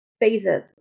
Phases